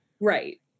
Right